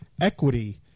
equity